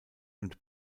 und